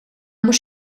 mhux